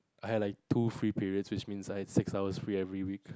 I had like two free periods which means I have six hours free every week